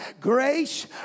Grace